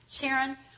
Sharon